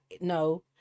no